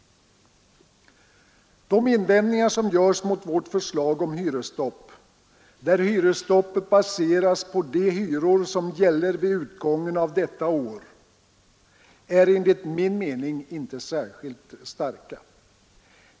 De invändningar som görs mot vårt förslag om hyresstopp, där hyresstoppet skall baseras på de hyror som gäller vid utgången av detta år, är enligt min mening inte särskilt starka.